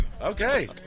Okay